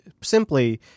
simply